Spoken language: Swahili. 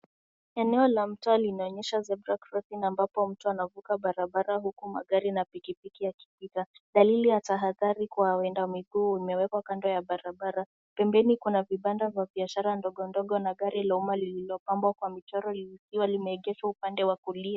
Eneo la mtwaa linaonyesha zebra crossing ambapo mtu anavuka barabara huku magari na pikipiki yakipita. Dalili ya tahadhari kwa waenda miguu imewekwa kando ya barabara. Pembeni kuna vibanda vya biashara ndogondogo na gari la umma lililopambwa kwa michoro likiwa limeegeshwa upande wa kulia.